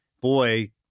boy